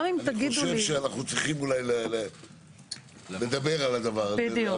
גם אם תגידו לי --- אני חושב שאנחנו צריכים אולי לדבר על הדבר הזה,